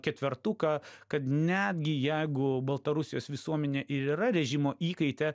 ketvertuką kad netgi jeigu baltarusijos visuomenė ir yra režimo įkaitė